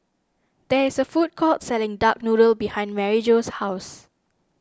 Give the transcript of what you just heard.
there is a food court selling Duck Noodle behind Maryjo's house